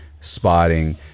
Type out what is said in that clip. spotting